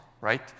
right